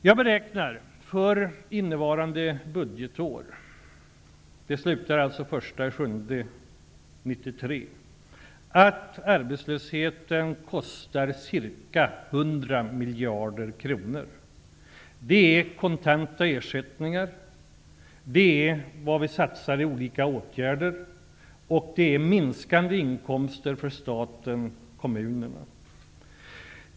Jag beräknar att arbetslösheten innevarande budgetår, som slutar den 1 juli 1993, kommer att kosta ca 100 miljarder kronor genom kontanta ersättningar, genom satsningar på olika åtgärder och genom inkomstminskningar för staten och kommunerna.